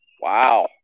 Wow